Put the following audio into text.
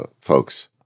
folks